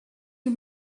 you